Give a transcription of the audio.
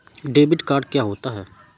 Debit card क्या होता है?